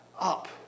up